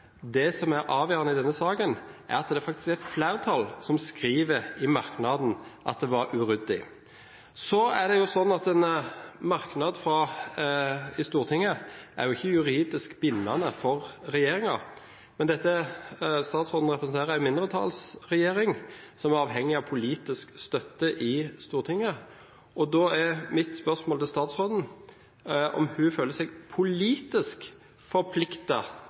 Det som er avgjørende i denne saken, er at det faktisk er et flertall som skriver i merknaden at det var uryddig. Så er det slik at en merknad i Stortinget ikke er juridisk bindende for regjeringen, men statsråden representerer en mindretallsregjering, som er avhengig av politisk støtte i Stortinget. Da er mitt spørsmål til statsråden om hun føler seg politisk